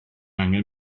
angen